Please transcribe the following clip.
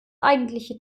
eigentliche